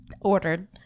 ordered